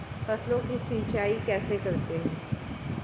फसलों की सिंचाई कैसे करते हैं?